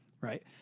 right